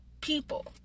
people